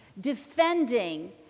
defending